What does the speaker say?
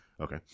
okay